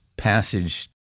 Passage